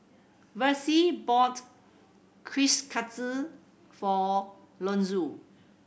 Versie bought Kushikatsu for Lonzo